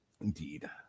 indeed